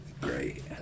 great